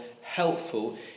helpful